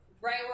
right